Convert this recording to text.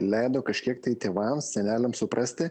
leido kažkiek tai tėvams seneliams suprasti